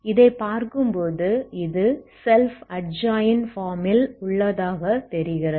இதை பார்க்கும்போது இது செல்ஃப் அட்ஜாயின்ட் ஃபார்ம் ல் உள்ளதாக தெரிகிறது